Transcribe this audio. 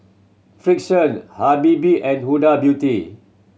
Frixion Habibie and Huda Beauty